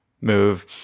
move